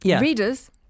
readers